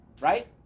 right